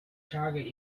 target